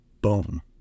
boom